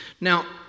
Now